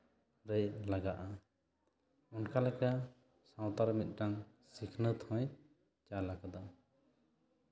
ᱨᱮ ᱞᱟᱜᱟᱜᱼᱟ ᱚᱱᱠᱟ ᱞᱮᱠᱟ ᱥᱟᱶᱛᱟ ᱨᱮ ᱢᱤᱫᱴᱟᱱ ᱥᱤᱠᱷᱱᱟᱹᱛ ᱦᱚᱸᱭ ᱪᱟᱞ ᱟᱠᱟᱫᱟ